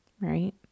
right